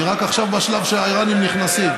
אני רק עכשיו בשלב שהאיראנים נכנסים.